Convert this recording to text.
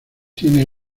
tiene